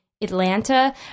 Atlanta